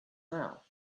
now